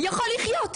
יכול לחיות,